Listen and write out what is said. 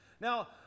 now